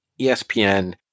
ESPN